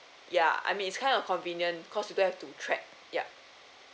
ya I mean it's kind of convenient cause you don't have to track yup